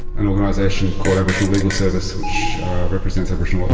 an organisation called aboriginal legal service which represents aboriginal,